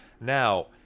Now